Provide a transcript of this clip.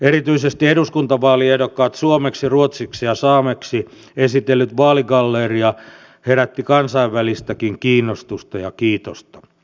erityisesti eduskuntavaaliehdokkaat suomeksi ruotsiksi ja saameksi esitellyt vaaligalleria herätti kansainvälistäkin kiinnostusta ja kiitosta